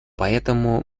поэтому